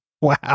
Wow